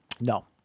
No